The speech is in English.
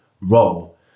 role